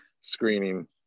screening